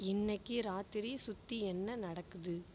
இன்னிக்கு ராத்திரி சுற்றி என்ன நடக்குது